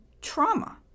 trauma